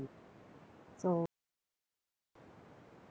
so mm